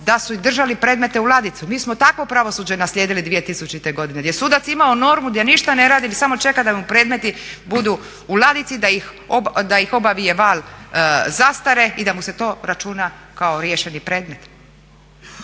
da su držali predmete u ladici. Mi smo takvo pravosuđe naslijedili 2000. godine gdje je sudac imao normu gdje ništa ne radi, samo čeka da mu predmeti budu u ladici, da ih obavije val zastare i da mu se to računa kao riješeni predmet.